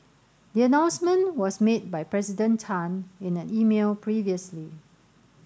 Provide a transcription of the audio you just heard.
the announcement was made by President Tan in an email previously